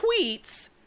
tweets